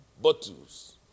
bottles